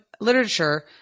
literature